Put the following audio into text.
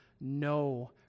no